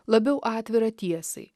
labiau atvirą tiesai